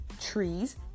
trees